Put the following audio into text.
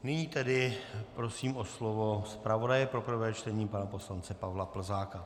Nyní tedy prosím o slovo zpravodaje pro prvé čtení pana poslance Pavla Plzáka.